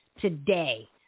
today